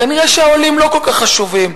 כנראה שהעולים לא כל כך חשובים,